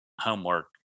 homework